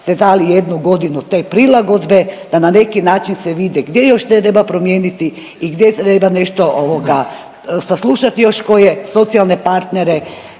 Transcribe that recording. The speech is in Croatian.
ste dali jednu godinu te prilagodbe da na neki način se vidi gdje još treba promijeniti i gdje treba nešto saslušati još koje socijalne partnere